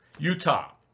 Utah